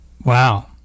Wow